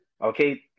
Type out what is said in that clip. okay